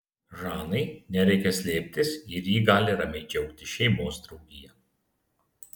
žanai nereikia slėptis ir ji gali ramiai džiaugtis šeimos draugija